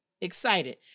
excited